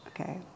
Okay